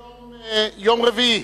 היום יום רביעי,